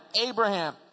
Abraham